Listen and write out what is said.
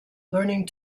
learning